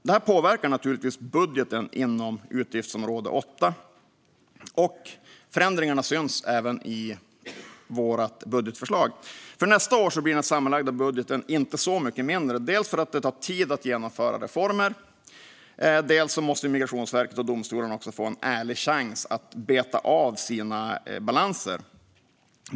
Detta påverkar naturligtvis budgeten inom utgiftsområde 8, och förändringarna syns även i vårt budgetförslag. Nästa år blir den sammanlagda budgeten inte så mycket mindre, dels för att det tar tid att genomföra reformer, dels för att Migrationsverket och domstolarna måste få en ärlig chans att beta av sina balanser.